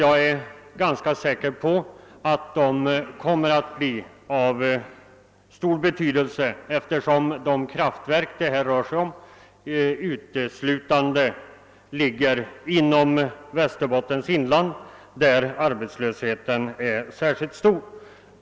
Jag är säker på att de kommer att bli av stor betydelse sysselsättningsmässigt eftersom de kraftverk som det här rör sig om ligger i Västerbottens inland där arbetslösheten är särskilt stor.